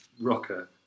rocker